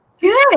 Good